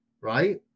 right